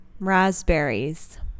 Raspberries